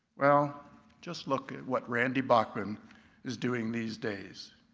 well just look at what randy bachman is doing these days.